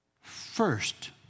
first